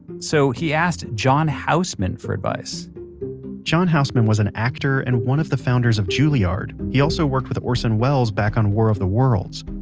so he asked john houseman for advice john houseman was an actor and one of the founders of juliard. he also worked with orson welles back on war of the worlds.